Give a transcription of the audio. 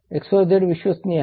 XYZ विश्वसनीय आहे